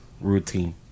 routine